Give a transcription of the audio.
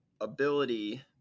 ability